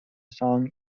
song